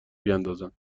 بیندازند